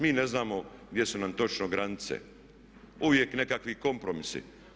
Mi ne znamo gdje su nam točno granice, uvijek nekakvi kompromisi.